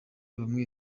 bamwe